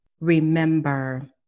remember